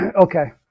okay